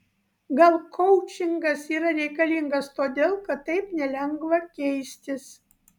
gal koučingas yra reikalingas todėl kad taip nelengva keistis